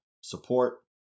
support